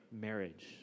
marriage